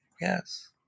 yes